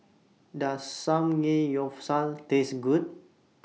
Does Samgeyopsal Taste Good